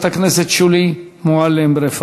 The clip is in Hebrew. חברת הכנסת שולי מועלם-רפאלי.